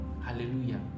hallelujah